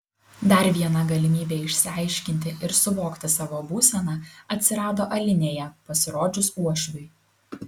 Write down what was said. dar viena galimybė išsiaiškinti ir suvokti savo būseną atsirado alinėje pasirodžius uošviui